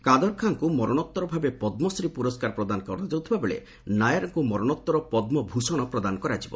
କାଦର ଖାଁଙ୍କୁ ମରଣୋତ୍ତରଭାବେ ପଦ୍ମଶ୍ରୀ ପୁରସ୍କାର ପ୍ରଦାନ କରାଯାଉଥିବା ବେଳେ ନାୟାରଙ୍କୁ ମରଣୋତ୍ତର ପଦ୍କଭ୍ଷଣ ପ୍ରଦାନ କରାଯିବ